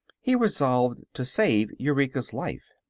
he resolved to save eureka's life.